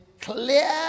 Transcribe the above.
clear